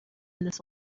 this